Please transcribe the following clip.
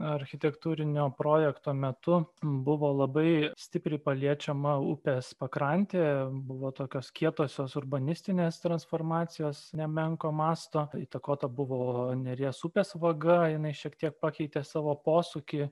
architektūrinio projekto metu buvo labai stipriai paliečiama upės pakrantė buvo tokios kietosios urbanistinės transformacijos nemenko masto įtakota buvo neries upės vaga jinai šiek tiek pakeitė savo posūkį